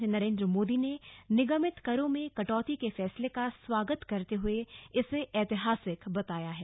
प्रधानमंत्री नरेन्द्र मोदी ने निगमित करों में कटौती के फैसले का स्वागत करते हुए इसे ऐतिहासिक बताया है